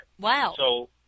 Wow